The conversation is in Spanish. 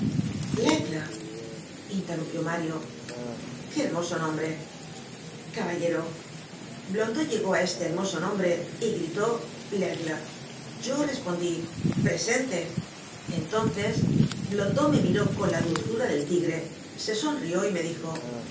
lesgle l'aigle interrumpió mario qué hermoso nombre caballero blondeau llegó á este hermoso nombre y gritó laigle yo respondí presente entonces blondeau me miró con la dulzura del tigre se sonrió y me dijo